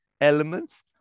elements